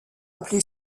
appelé